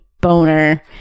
Boner